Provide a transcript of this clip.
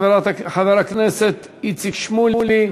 חבר הכנסת איציק שמולי.